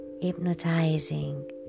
hypnotizing